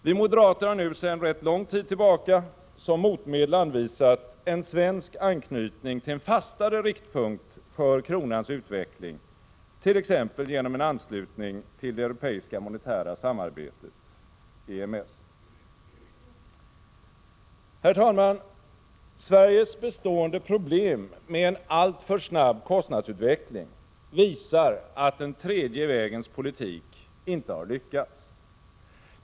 Vi moderater har nu sedan rätt lång tid tillbaka som motmedel anvisat en svensk anknytning till en fastare riktpunkt för kronans utveckling, t.ex. genom en anslutning till det europeiska monetära samarbetet, EMS. Herr talman! Sveriges bestående problem med en alltför snabb kostnadsutveckling visar att den tredje vägens politik inte har lyckats.